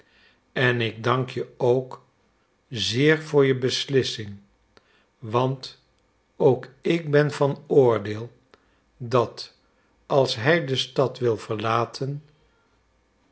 en ik dank je ook zeer voor je beslissing want ook ik ben van oordeel dat als hij de stad wil verlaten